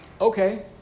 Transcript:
Okay